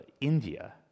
India